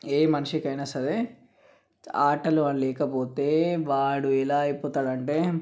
ఏ మనిషికైనా సరే ఆటలు లేకపోతే వాడు ఎలా అయిపోతాడు అంటే